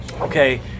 okay